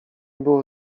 było